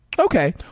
Okay